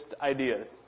ideas